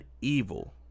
evil